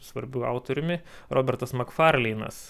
svarbiu autoriumi robertas makfarleinas